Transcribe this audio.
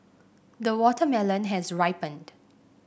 the watermelon has ripened